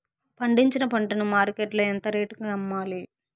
పండించిన పంట ను మార్కెట్ లో ఎంత రేటుకి అమ్మాలి?